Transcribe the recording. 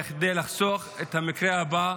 כדי לחסוך את המקרה הבא,